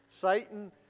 Satan